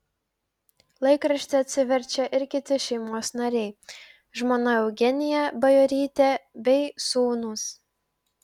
laikraštį atsiverčia ir kiti šeimos nariai žmona eugenija bajorytė bei sūnūs